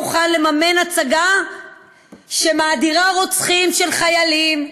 מוכן לממן הצגה שמאדירה רוצחים של חיילים,